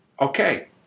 okay